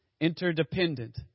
Interdependent